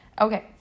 Okay